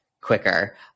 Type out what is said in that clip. quicker